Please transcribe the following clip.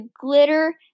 glitter